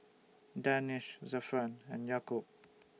Danish Zafran and Yaakob